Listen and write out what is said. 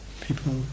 people